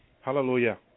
Hallelujah